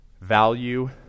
Value